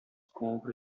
compra